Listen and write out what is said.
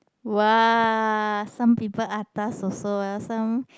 !wah! some people atas also ah some